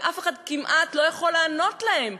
ואף אחד כמעט לא יכול לענות להם.